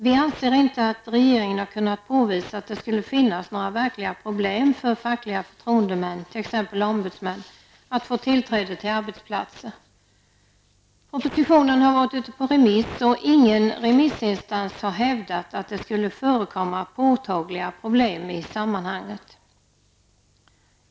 Vi anser inte att regeringen har kunnat påvisa att det skulle finnas några verkliga problem för fackliga förtroendemän, exempelvis ombudsmän, att få tillträde till arbetsplatserna. Propositionen har varit ute på remiss, och ingen remissinstans har hävdat att det skulle förekomma påtagliga problem i sammanhanget.